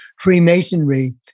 Freemasonry